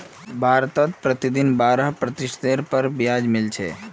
भारतत प्रतिदिन बारह प्रतिशतेर पर ब्याज मिल छेक